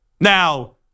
Now